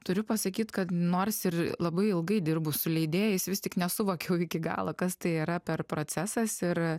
turiu pasakyt kad nors ir labai ilgai dirbu su leidėjais vis tik nesuvokiau iki galo kas tai yra per procesas ir